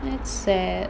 that's sad